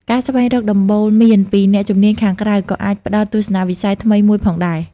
ការស្វែងរកដំបូន្មានពីអ្នកជំនាញខាងក្រៅក៏អាចផ្ដល់ទស្សនៈវិស័យថ្មីមួយផងដែរ។